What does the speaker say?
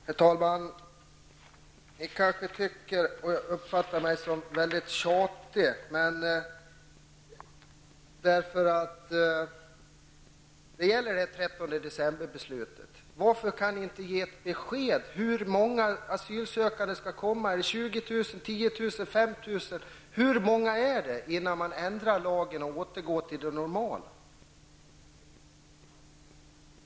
Herr talman! Ni kanske uppfattar mig så som väldigt tjatig. Men varför kan ni inte ge ett besked om hur många asylsökande som skall komma -- 20 000, 10 000 eller 5 000 -- innan man ändrar lagen och återgår till det normala.